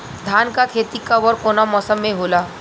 धान क खेती कब ओर कवना मौसम में होला?